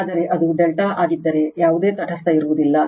ಆದರೆ ಅದು ∆ ಆಗಿದ್ದರೆ ಯಾವುದೇ ತಟಸ್ಥ ಇರುವುದಿಲ್ಲ